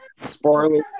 spoiler